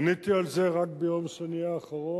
עניתי על זה רק ביום שני האחרון,